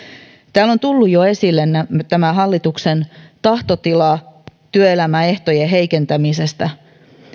täällä on tullut jo esille tämä hallituksen tahtotila työelämäehtojen heikentämisestä